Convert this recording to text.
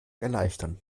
erleichtern